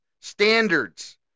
standards